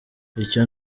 icyo